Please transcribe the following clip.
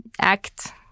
act